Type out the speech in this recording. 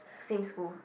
same school